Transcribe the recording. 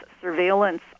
surveillance